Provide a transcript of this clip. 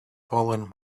fallen